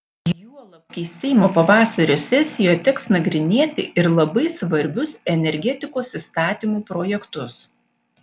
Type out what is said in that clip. juolab kai seimo pavasario sesijoje teks nagrinėti ir labai svarbius energetikos įstatymų projektus